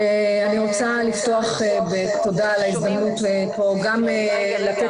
אני רוצה לפתוח בתודה על ההזדמנות פה גם לתת